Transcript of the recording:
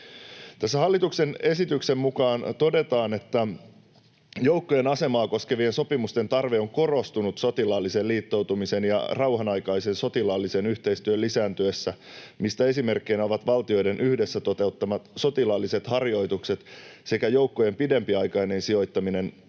Hallituksen esityksen mukaan todetaan, että joukkojen asemaa koskevien sopimusten tarve on korostunut sotilaallisen liittoutumisen ja rauhanaikaisen sotilaallisen yhteistyön lisääntyessä, mistä esimerkkeinä ovat valtioiden yhdessä toteuttamat sotilaalliset harjoitukset sekä joukkojen pidempiaikainen sijoittaminen toisten